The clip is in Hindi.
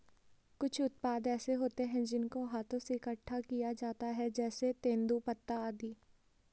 कुछ उत्पाद ऐसे होते हैं जिनको हाथों से इकट्ठा किया जाता है जैसे तेंदूपत्ता आदि